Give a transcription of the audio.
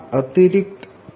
4 0